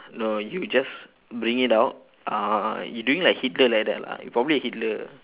no you just bring it out uh you doing like hitler like that lah you probably a hitler ah